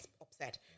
upset